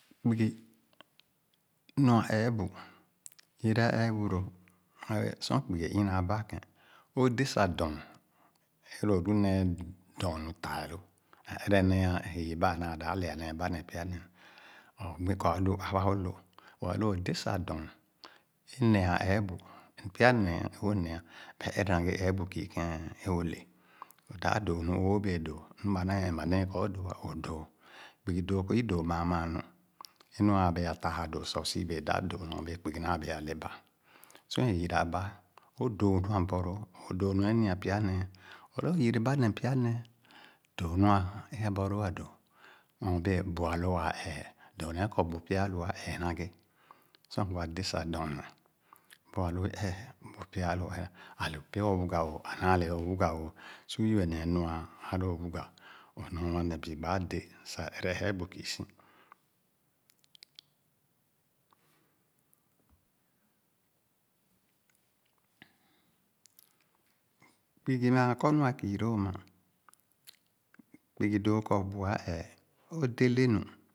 Kpugi nua ee bu, yere ā eebu lōō. Sor kpugi é ina aba kē, o‘dé sah dɔɔn é lō o’lu néé dɔɔnu taa lō. Ā ere néé a’yii ba anàà dāp lɛ’a nee ba neh pya néé. Sah o’gbi kɔ a’lu aba alō. But lō o’dé sah dɔɔn é ne’a ee bu and pya néé é o’ne’a ba’e ere na ghe ee bu kii kēn o’le; o’dāp dōō nu ōō bēē dōō. Nu ba naa bēē ɛmma dɛɛn kɔ o’dōō ā, o’dóó. Kpugi dóó kɔ i dóó maa maa nu ē nu āā bēa taa a’dōō sah c’si bēē dāp dōō nu bēē kpugi naa bēē a’le ba. Sor é yiraba, o’dōō nu abɔlōō, o’dōō ne é nia pya néé. O’ro e’yereba neh pya néé, dóó nu abɔɔlóó ādō. Nɔ bēē bu alō àa ee, dōō neh kɔ bu pya a’lo’a ā ee bu’a ē ee, ale pya o’wuga ōō rā naa le o’wuga ōō. Su yibe néé nua alóó wuga, o’neh wa bii gbaa dé sah ere ee bu kii si Kpugi maa kɔ nua kii lōō ama, kpugi dōō kɔ bu’a a’ee, o’dé lenu